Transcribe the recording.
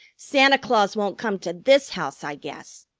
santa claus won't come to this house, i guess!